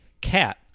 cat